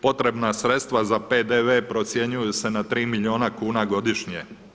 Potrebna sredstva za PDV procjenjuju se na 3 milijuna kuna godišnje.